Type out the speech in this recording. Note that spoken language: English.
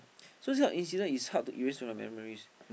so this type of incident is hard to erase from your memories